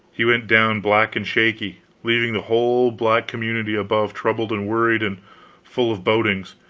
he went down black and shaky, leaving the whole black community above troubled and worried and full of bodings